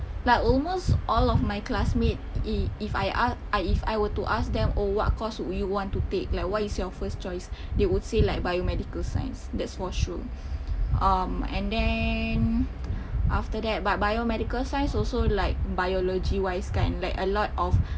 like almost all of my classmate if if I ask if I were to ask them oh what course do you want to pick like why is your first choice they would say like biomedical science that's for sure um and then after that but biomedical science also like biology wise kan and like a lot of